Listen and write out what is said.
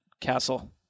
castle